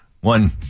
one